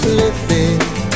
lifting